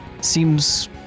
seems